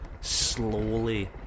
slowly